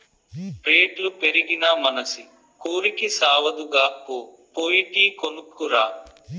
రేట్లు పెరిగినా మనసి కోరికి సావదుగా, పో పోయి టీ కొనుక్కు రా